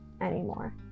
anymore